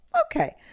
okay